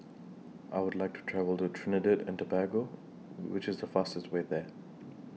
I Would like to travel to Trinidad and Tobago Which IS The fastest Way There